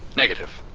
negative.